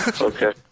okay